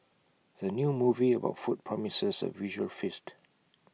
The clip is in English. the new movie about food promises A visual feast